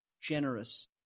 generous